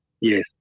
Yes